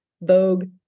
Vogue